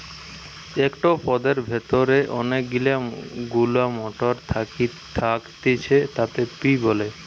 একটো পদের ভেতরে যখন মিলা গুলা মটর থাকতিছে তাকে পি বলে